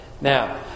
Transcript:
Now